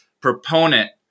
proponent